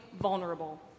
vulnerable